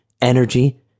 energy